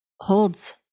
holds